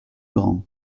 grand